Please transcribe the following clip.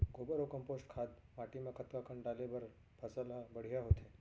गोबर अऊ कम्पोस्ट खाद माटी म कतका कन डाले बर फसल ह बढ़िया होथे?